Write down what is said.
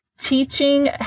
teaching